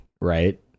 right